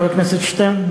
חבר הכנסת שטרן?